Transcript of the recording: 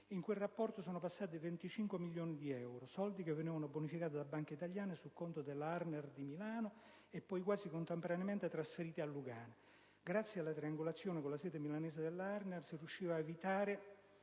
in quel rapporto fiduciario sono passati 25 milioni di euro, soldi che venivano bonificati da banche italiane sul conto della Arner di Milano e poi quasi contemporaneamente trasferiti a Lugano. Grazie alla triangolazione con la sede milanese della Arner, si riusciva a evitare